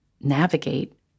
navigate